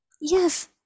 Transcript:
yes